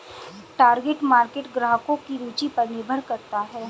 target market ग्राहकों की रूचि पर निर्भर करता है